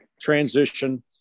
transition